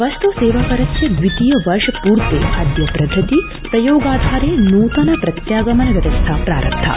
वस्त् सेवा करस्य द्वितीय वर्षपूर्वे अद्य प्रभृति प्रयोगाधारे नूतन प्रत्यागमन व्यवस्था प्रारब्धा